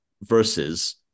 Versus